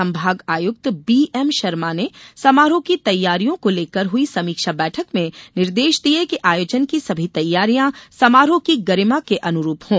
संभाग आयुक्त बीएम शर्मा ने समारोह की तैयारियां को लेकर हुई समीक्षा बैठक में निर्देश दिये कि आयोजन की सभी तैयारियां समारोह की गरिमा के अनुरूप हों